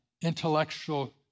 intellectual